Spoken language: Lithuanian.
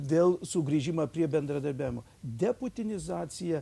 vėl sugrįžimą prie bendradarbiavimo deputinizacija